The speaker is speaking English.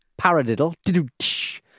paradiddle